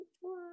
one